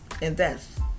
invest